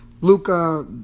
Luca